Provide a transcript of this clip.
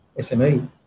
SME